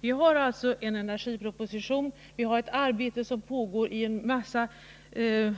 Vi har alltså en energiproposition och vi har ett arbete som pågår i en mängd